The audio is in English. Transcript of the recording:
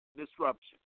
disruption